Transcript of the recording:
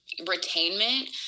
retainment